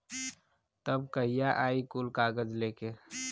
तब कहिया आई कुल कागज़ लेके?